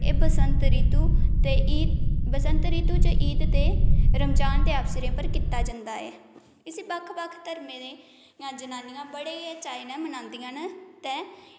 एह् बसंत ऋतु ते बसंत ऋतु ईद ते रमजान दे आशरें च कीता जंदा ऐ इसी बक्ख बक्ख धर्में दे जां जनानियां बड़े गै चांऐं कन्नै मनांदियां न ते